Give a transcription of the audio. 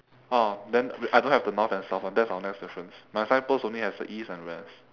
oh then I don't have the north and south one that's our next difference my signpost only has the east and west